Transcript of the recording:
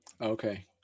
okay